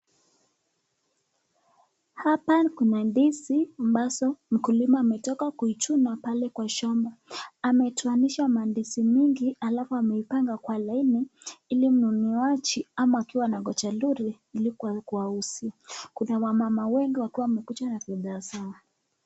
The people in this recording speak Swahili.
Hapa kuna ndizi ambazo mkulima ametoka kuichuna pale kwa shamba,. Ametoanisha mandizi mingi alafu ameipanga kwa laini, ili mnunuaji ama akiwa anangoja yule ili kuwauzia, kuna wamama wengi wakiwa wamekuja na bidhaa zao.